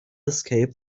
escape